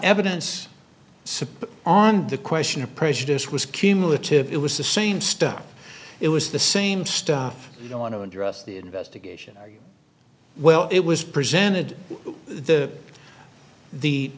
support on the question of prejudice was cumulative it was the same stuff it was the same stuff you don't want to address the investigation well it was presented the the